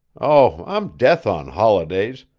oh, i'm death on holidays!